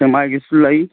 ꯁꯦꯛꯃꯥꯏꯒꯤꯁꯨ ꯂꯩ